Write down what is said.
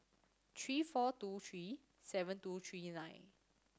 three four two three seven two three nine